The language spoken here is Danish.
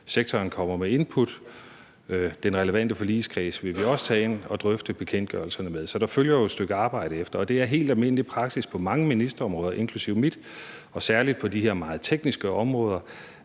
Sektoren kommer med input. Den relevante forligskreds vil vi også tage ind og drøfte bekendtgørelserne med. Så der følger jo et stykke arbejde herefter. Og det er helt almindelig praksis på mange ministerområder, inklusive mit, særlig på de her meget tekniske områder,